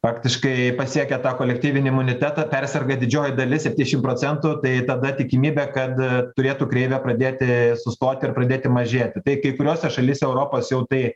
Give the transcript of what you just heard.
faktiškai pasiekia tą kolektyvinį imunitetą perserga didžioji dalis septyniasdešim procentų tai tada tikimybė kad turėtų kreivė pradėti sustoti ir pradėti mažėti tai kai kuriose šalyse europos jau tai